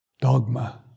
dogma